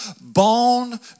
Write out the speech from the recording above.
bone